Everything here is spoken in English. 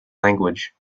language